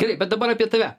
gerai bet dabar apie tave